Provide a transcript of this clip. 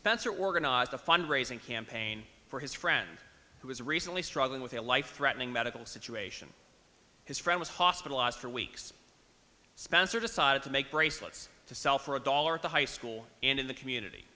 spencer organized a fund raising campaign for his friend who was recently struggling with a life threatening medical situation his friend was hospitalized for weeks spencer decided to make bracelets to sell for a dollar at the high school and in the community